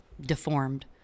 deformed